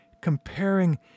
comparing